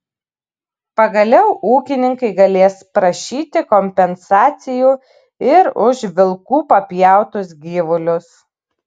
pagaliau ūkininkai galės prašyti kompensacijų ir už vilkų papjautus gyvulius